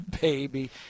baby